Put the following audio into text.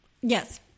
Yes